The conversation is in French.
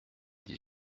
dix